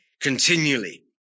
continually